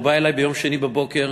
הוא בא אלי ביום שני בבוקר,